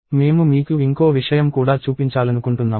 మేము మీకు ఇంకో విషయం కూడా చూపించాలనుకుంటున్నాము